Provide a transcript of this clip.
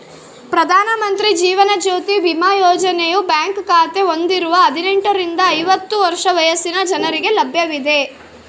ಪ್ರಧಾನ ಮಂತ್ರಿ ಜೀವನ ಜ್ಯೋತಿ ಬಿಮಾ ಯೋಜನೆಯು ಬ್ಯಾಂಕ್ ಖಾತೆ ಹೊಂದಿರುವ ಹದಿನೆಂಟುರಿಂದ ಐವತ್ತು ವರ್ಷ ವಯಸ್ಸಿನ ಜನರಿಗೆ ಲಭ್ಯವಿದೆ